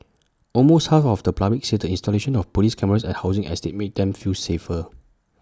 almost half of the public said the installation of Police cameras at housing estates made them feel safer